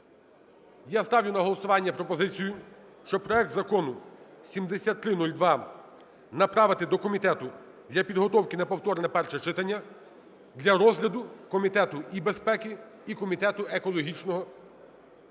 я ставлю на голосування пропозицію, що проект Закону 7302 направити до комітету для підготовки на повторне перше читання для розгляду комітетом і безпеки, і комітету екологічного, щоб обидва